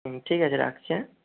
হুম ঠিক আছে রাখছি হ্যাঁ